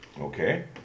Okay